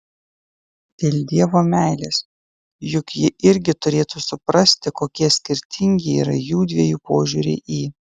dėl dievo meilės juk ji irgi turėtų suprasti kokie skirtingi yra jųdviejų požiūriai į